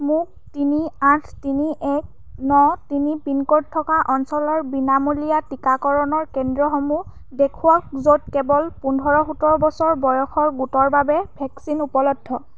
মোক তিনি আঠ তিনি এক ন তিনি পিন ক'ড থকা অঞ্চলৰ বিনামূলীয়া টীকাকৰণৰ কেন্দ্ৰসমূহ দেখুৱাওক য'ত কেৱল পোন্ধৰ সোতৰ বছৰ বয়সৰ গোটৰ বাবে ভেকচিন উপলব্ধ